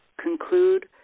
conclude